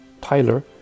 Tyler